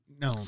No